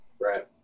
Right